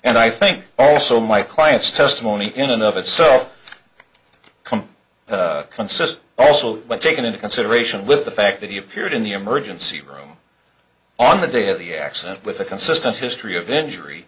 and i think also my client's testimony in and of itself come consist also when taken into consideration with the fact that he appeared in the emergency room on the day of the accident with a consistent history of injury